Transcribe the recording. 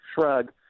shrug